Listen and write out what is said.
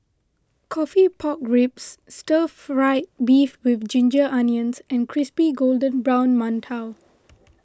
Coffee Pork Ribs Stir Fried Beef with Ginger Onions and Crispy Golden Brown Mantou